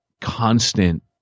constant